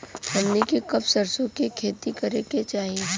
हमनी के कब सरसो क खेती करे के चाही?